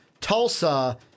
Tulsa